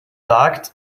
sagt